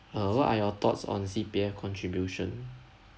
uh what are your thoughts on C_P_F contribution